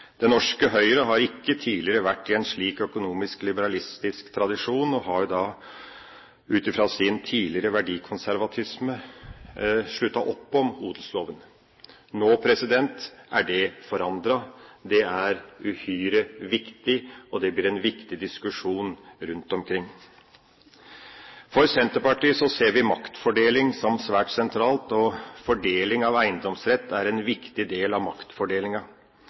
norske Høyre har ikke tidligere vært i en slik økonomisk liberalistisk tradisjon og har, ut fra sin tidligere verdikonservatisme, sluttet opp om odelsloven. Nå er det forandret. Det er uhyre viktig, og det blir en viktig diskusjon rundt omkring. Senterpartiet ser maktfordeling som svært sentralt, og fordeling av eiendomsrett er en viktig del av maktfordelinga.